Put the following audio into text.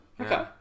Okay